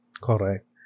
Correct